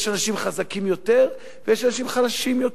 יש אנשים חזקים יותר ויש אנשים חלשים יותר.